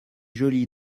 joli